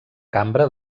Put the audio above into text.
cambra